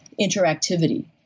interactivity